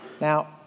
Now